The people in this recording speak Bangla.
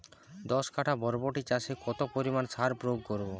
দশ কাঠা বরবটি চাষে কত পরিমাণ সার প্রয়োগ করব?